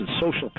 social